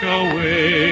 away